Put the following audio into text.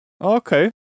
Okay